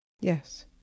Yes